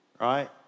right